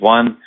One